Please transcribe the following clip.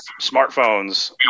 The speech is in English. smartphones